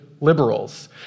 liberals